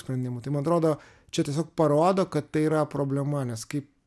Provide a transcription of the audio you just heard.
sprendimų tai man atrodo čia tiesiog parodo kad tai yra problema nes kaip